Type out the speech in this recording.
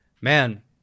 man